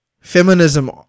feminism